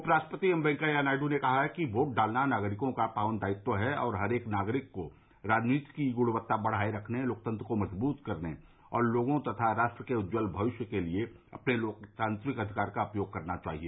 उप राष्ट्रपति एम वेंकैया नायडू ने कहा है कि वोट डालना नागरिकों का पावन दायित्व है और हर एक नागरिक को राजनीति की ग्णक्ता बढ़ाने लोकतंत्र को मजबूत कर्ने और लोगों तथा राष्ट्र के उज्जवल भविष्य के लिए अपने लोकतांत्रिक अधिकार का उपयोग करना चाहिए